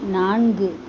நான்கு